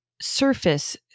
surface